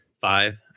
five